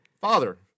Father